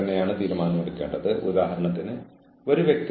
കൂടാതെ അത് അച്ചടക്കത്തിന് മുമ്പുള്ള ന്യായമായ അന്വേഷണമായിരിക്കണം